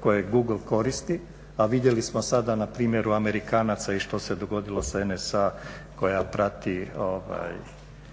koje google koristi, a vidjeli smo sada na primjeru Amerikanaca i što se dogodilo NSA koja prati